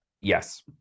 Yes